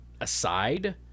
aside